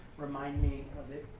remind me was it